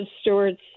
stewards